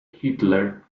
hitler